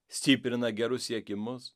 stiprina gerus siekimus